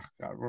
god